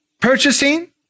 purchasing